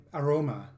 aroma